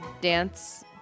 dance